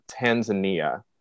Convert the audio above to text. Tanzania